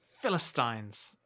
Philistines